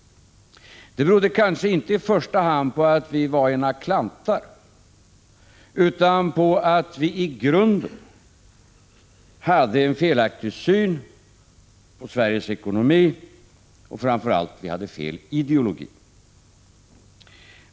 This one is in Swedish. Det berodde kanske inte i första hand på att vi var några klantar utan på att vi i grunden hade en felaktig syn på Sveriges ekonomi. Framför allt hade vi fel ideologi.